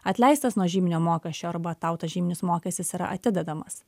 atleistas nuo žyminio mokesčio arba tau tas žyminis mokestis yra atidedamas